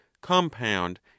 compound